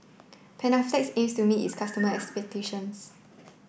Panaflex aims to meet its customers expectation